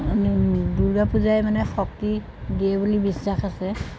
দূৰ্গা পূজাই মানে শক্তি দিয়ে বুলি বিশ্বাস আছে